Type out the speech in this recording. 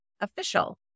official